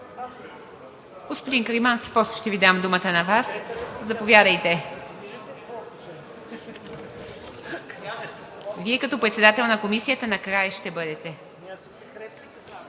Господин Каримански, после ще Ви дам думата на Вас. Вие като председател на Комисията накрая ще бъдете.